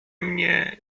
mnie